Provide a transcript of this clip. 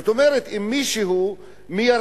זאת אומרת, אם מישהו מירדן